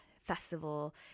festival